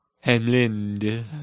Hamlin